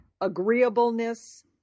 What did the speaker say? agreeableness